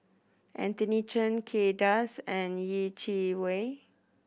Anthony Chen Kay Das and Yeh Chi Wei